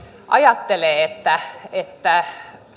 ajattelee että